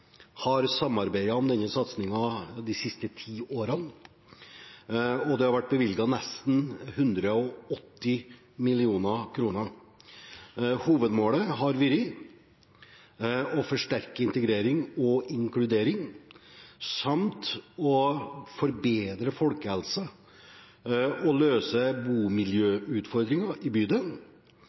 har samarbeidet om denne satsingen de siste ti årene, og det har vært bevilget nesten 180 mill. kr. Hovedmålet har vært å forsterke integrering og inkludering samt å forbedre folkehelsen og løse bomiljøutfordringer i